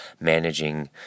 managing